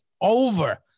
over